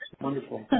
Wonderful